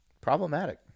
Problematic